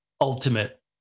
ultimate